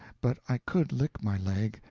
but i could lick my leg,